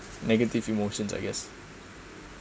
negative emotions I guess